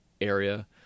area